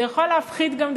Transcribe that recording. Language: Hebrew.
זה יכול להפחית גם,